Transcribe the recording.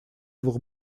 двух